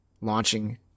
launching